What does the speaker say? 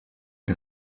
que